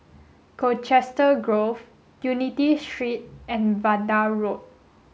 Colchester Grove Unity Street and Vanda Road